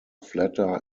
flatter